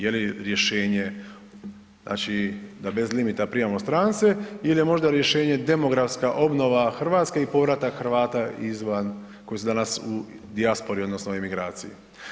Je li rješenje znači da bez limita primamo strance ili je možda rješenje demografska obnova Hrvatske i povratak Hrvata izvan, koji su danas u dijaspori odnosno emigraciji?